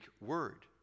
word